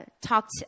talked